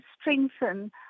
strengthen